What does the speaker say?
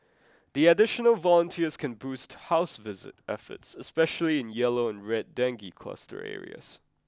the additional volunteers can boost house visit efforts especially in yellow and red dengue cluster areas